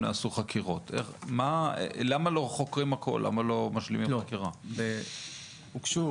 הוגשו